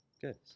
Good